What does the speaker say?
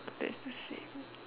then it's the same